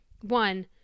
one